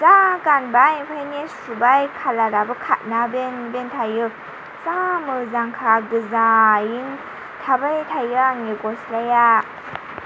जा गानबाय ओमफ्रायो सुबाय खालाराबो खारा बेनो बे थायो जा मोजांखा गोजायैनो थाबाय थायो आंनि ग'स्लाया